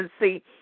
see